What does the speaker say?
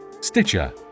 Stitcher